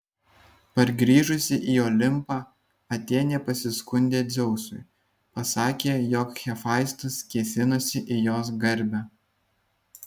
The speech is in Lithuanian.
pargrįžusi į olimpą atėnė pasiskundė dzeusui pasakė jog hefaistas kėsinosi į jos garbę